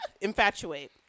Infatuate